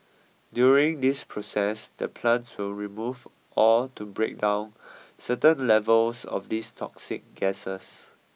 during this process the plants will remove or to break down certain levels of these toxic gases